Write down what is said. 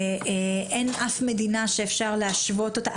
אין אף מדינה שאפשר להשוות אותה.